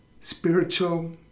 spiritual